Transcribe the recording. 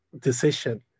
decision